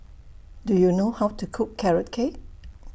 Do YOU know How to Cook Carrot Cake